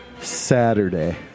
Saturday